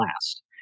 last